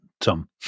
Tom